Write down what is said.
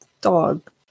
dog